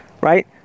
Right